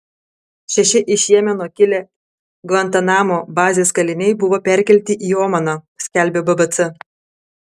šeši iš jemeno kilę gvantanamo bazės kaliniai buvo perkelti į omaną skelbia bbc